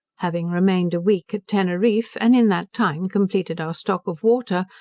having remained a week at teneriffe, and in that time completed our stock of water,